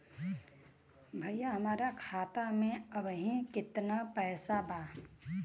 भईया हमरे खाता में अबहीं केतना पैसा बा?